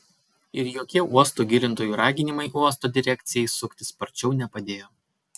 ir jokie uosto gilintojų raginimai uosto direkcijai suktis sparčiau nepadėjo